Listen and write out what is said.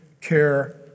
care